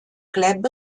club